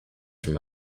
from